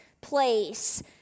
place